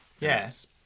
Yes